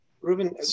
Ruben